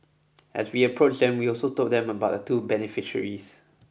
as we approached them we also told them about the two beneficiaries